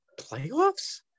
playoff's